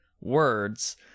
words